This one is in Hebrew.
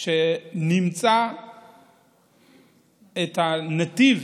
נמצא את הנתיב